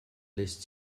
lässt